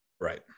Right